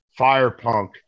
Firepunk